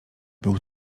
był